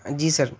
جی سر